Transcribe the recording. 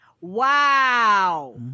Wow